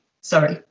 sorry